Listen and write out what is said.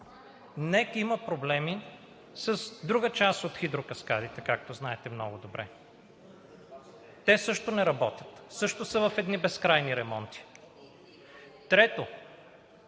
НЕК има проблеми с друга част от хидрокаскадите, както много добре знаете. Те също не работят, също са в едни безкрайни ремонти. Трето.